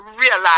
realize